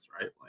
right